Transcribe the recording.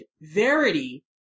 Verity